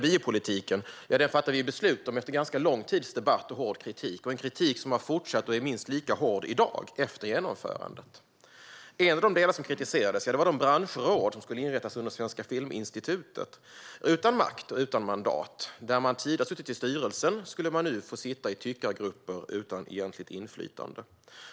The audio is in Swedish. Biopolitiken fattade vi beslut om efter en ganska lång tids debatt och hård kritik. Det är en kritik som har fortsatt, och den är minst lika hård i dag, efter genomförandet. En av de delar som kritiserades var de branschråd som skulle inrättas under Svenska Filminstitutet och som skulle vara utan makt och utan mandat. Där man tidigare suttit i styrelsen skulle man nu få sitta i tyckargrupper utan egentligt inflytande.